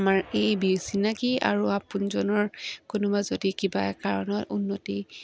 আমাৰ এই বিচিনাকি আৰু আপোনজনৰ কোনোবা যদি কিবা কাৰণত উন্নতি